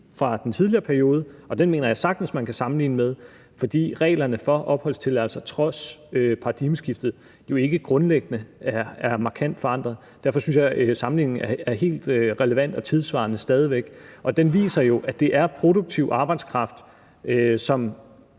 fra den tidligere periode – og den mener jeg sagtens man kan sammenligne det med, fordi reglerne for opholdstilladelse trods paradigmeskiftet ikke grundlæggende er markant forandret; derfor synes jeg, at sammenligningen stadig væk er helt relevant og tidssvarende – viser jo, at det er produktiv arbejdskraft, som